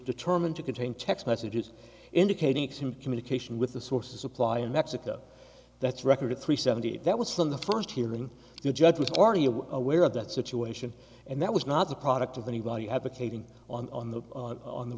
determined to contain text messages indicating some communication with the source of supply in mexico that's record three seventy eight that was from the first hearing the judge with are you aware of that situation and that was not the product of anybody advocating on the on the